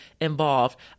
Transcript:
involved